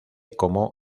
como